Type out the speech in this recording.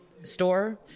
store